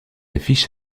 affiche